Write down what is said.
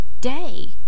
day